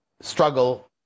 struggle